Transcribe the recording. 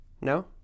No